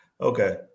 Okay